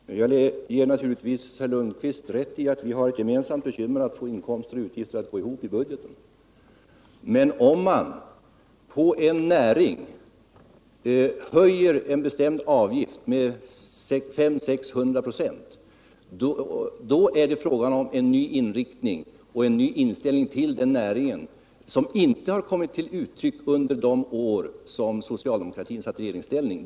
Herr talman! Jag ger naturligtvis herr Lundkvist rätt i att vi har ett gemensamt bekymmer att få inkomster och utgifter att gå ihop i budgeten. Men om man för en näring höjer en bestämd avgift med 500-600 9 , är det fråga om en ny inriktning av och en ny inställning till den näringen, som inte har kommit till uttryck under de år socialdemokratin satt i regeringsställning.